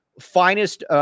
finest